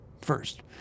First